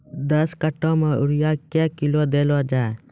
दस कट्ठा मे यूरिया क्या किलो देलो जाय?